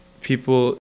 people